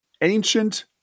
Ancient